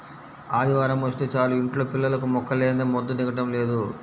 ఆదివారమొస్తే చాలు యింట్లో పిల్లలకు ముక్కలేందే ముద్ద దిగటం లేదు